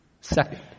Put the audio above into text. Second